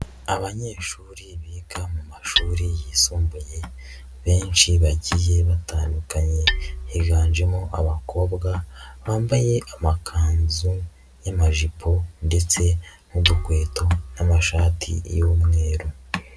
Abanyeshuri biga mu mashuri yisumbuye benshi bagiye batandukanye biganjemo abakobwa bambaye amakanzu y'amajipo ndetse n'udukweto n'amashati y'umweru.